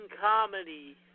comedy